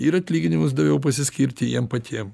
ir atlyginimus daugiau pasiskirti jiem patiem